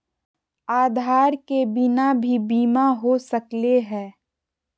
आधार के बिना भी बीमा हो सकले है?